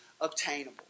obtainable